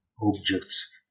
objects